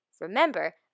Remember